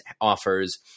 offers